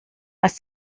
als